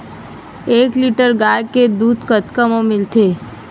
एक लीटर गाय के दुध कतका म मिलथे?